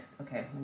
Okay